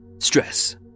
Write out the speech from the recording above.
Stress